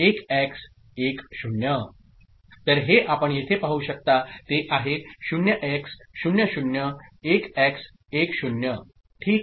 तर हे आपण येथे पाहू शकता ते हे आहे 0 X 0 0 1 X 1 0 ठीक